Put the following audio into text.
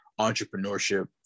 entrepreneurship